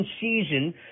season